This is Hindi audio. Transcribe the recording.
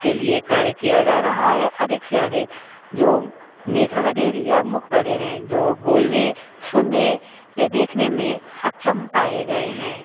के लिए कार्य किया जा रहा है अधिक से अधिक जो नेत्र बधिर या मुख बधिर हैं जो बोलने सुनने या देखने में अक्षम पाए गए हैं